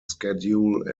schedule